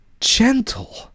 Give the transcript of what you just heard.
gentle